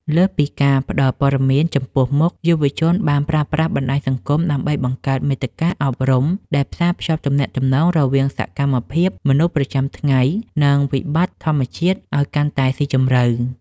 លើសពីការផ្ដល់ព័ត៌មានចំពោះមុខ យុវជនបានប្រើប្រាស់បណ្ដាញសង្គមដើម្បីបង្កើតមាតិកាអប់រំដែលផ្សារភ្ជាប់ទំនាក់ទំនងរវាងសកម្មភាពមនុស្សប្រចាំថ្ងៃ និងវិបត្តិធម្មជាតិឱ្យកាន់តែស៊ីជម្រៅ។